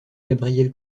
gabriel